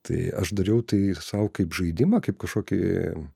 tai aš dariau tai sau kaip žaidimą kaip kažkokį